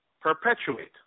perpetuate